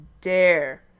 dare